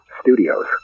studios